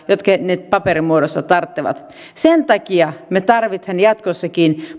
jotka postin paperimuodossa tarvitsevat sen takia me tarvitsemme jatkossakin